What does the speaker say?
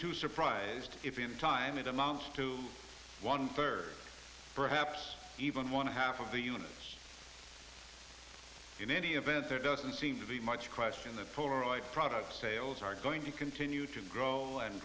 too surprised if in time it amounts to one third perhaps even want to half of the units in any event there doesn't seem to be much question that polaroid product sales are going to continue to grow and